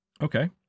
Okay